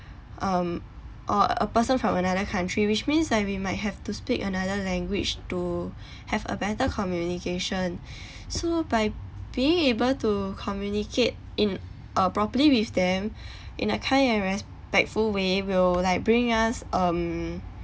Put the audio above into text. um or a person from another country which means that we might have to speak another language to have a better communication so by being able to communicate in uh properly with them in a kind of a respectful way will like bring us um